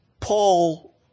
Paul